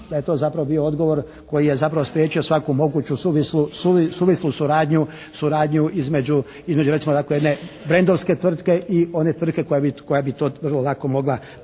da je to zapravo bio odgovor koji je zapravo spriječio svaku moguću suvislu suradnju između recimo dakle jedne brandovske tvrtke i one tvrtke koja bi to lako mogla